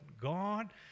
God